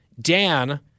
Dan